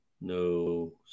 no